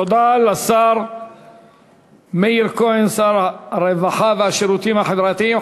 תודה לשר מאיר כהן, שר הרווחה והשירותים החברתיים.